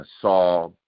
saw